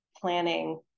planning